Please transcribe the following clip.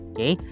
Okay